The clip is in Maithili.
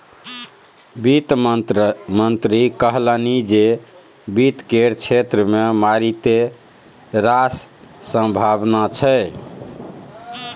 वित्त मंत्री कहलनि जे वित्त केर क्षेत्र मे मारिते रास संभाबना छै